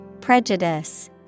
Prejudice